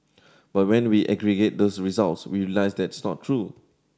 but when we aggregate those results we realise that's not true